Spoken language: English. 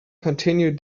continue